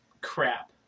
crap